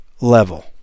level